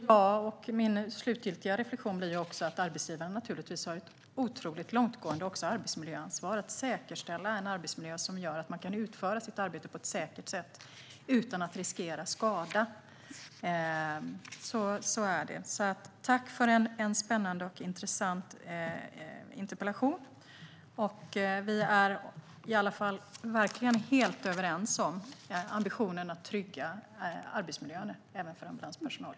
Herr talman! Min slutgiltiga reflektion blir att arbetsgivaren naturligtvis har ett otroligt långtgående ansvar för att säkerställa en arbetsmiljö som gör att man kan utföra sitt arbete på ett säkert sätt utan att riskera skada. Tack för en spännande och intressant interpellation! Vi är i alla fall verkligen helt överens om ambitionen att trygga arbetsmiljön även för ambulanspersonal.